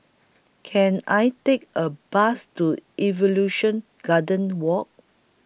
Can I Take A Bus to Evolution Garden Walk